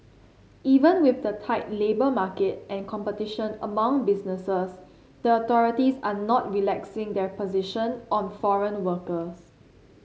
even with the tight labour market and competition among businesses the authorities are not relaxing their position on foreign workers